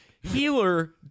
healer